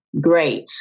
Great